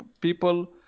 people